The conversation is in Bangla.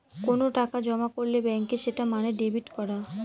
কোনো টাকা জমা করলে ব্যাঙ্কে সেটা মানে ডেবিট করা